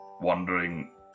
wondering